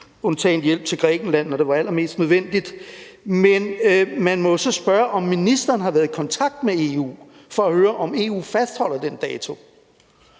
undtagen hjælp til Grækenland, når det var allermest nødvendigt, men man må jo så spørge, om ministeren har været i kontakt med EU for at høre, om EU fastholder den dato.